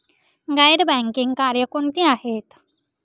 गैर बँकिंग कार्य कोणती आहेत?